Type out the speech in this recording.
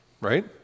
right